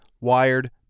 Wired